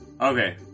Okay